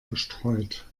bestreut